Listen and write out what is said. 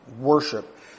worship